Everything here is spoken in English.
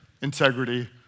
integrity